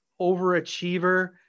overachiever